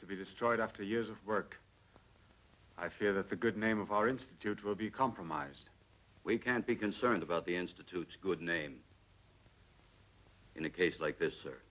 to be destroyed after years of work i fear that the good name of our institute will be compromised we can't be concerned about the institutes good name in a case like this or